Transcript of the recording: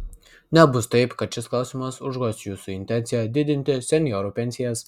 nebus taip kad šis klausimas užgoš jūsų intenciją didinti senjorų pensijas